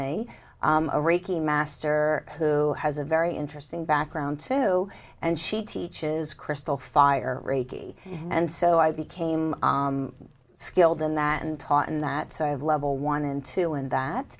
reiki master who has a very interesting background too and she teaches crystal fire reiki and so i became skilled in that and taught in that sort of level one and two and that